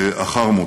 לאחר מותו.